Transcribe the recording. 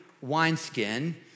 wineskin